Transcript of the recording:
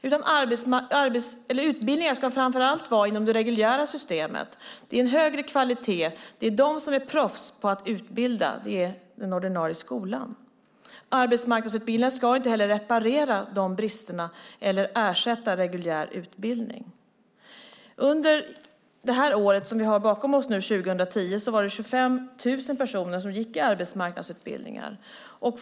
Utbildningar ska i stället framför allt vara inom det reguljära systemet. Det är en högre kvalitet där. De som är proffs på att utbilda är den ordinarie skolan. Arbetsmarknadsutbildningar ska inte heller reparera dessa brister eller ersätta reguljär utbildning. Under det år vi snart har bakom oss, 2010, var det 25 000 personer som gick i arbetsmarknadsutbildningar.